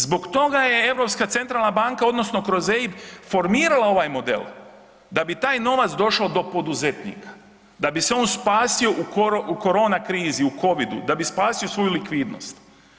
Zbog toga je Europska centralna banka odnosno kroz EIB formirala ovaj model, da bi taj novac došao do poduzetnika, da bi se on spasio u korona krizi, u COVID-u, da bi spasio svoju likvidnost.